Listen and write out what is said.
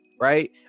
right